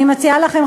אני מציעה לכם,